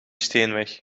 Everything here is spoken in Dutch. steenweg